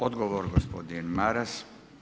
Odgovor gospodin Maras.